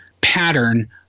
pattern